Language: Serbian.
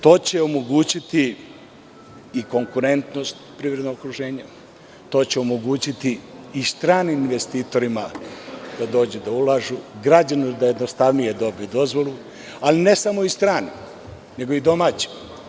To će omogućiti i konkurentnost privrednog okruženja, to će omogućiti i stranim investitorima da dođu da ulažu, građanima da jednostavnije dobiju dozvolu, ali ne samo i stranim nego i domaćim.